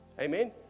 Amen